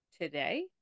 today